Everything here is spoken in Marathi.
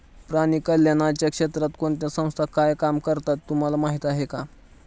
प्राणी कल्याणाच्या क्षेत्रात कोणत्या संस्था काय काम करतात हे तुम्हाला माहीत आहे का?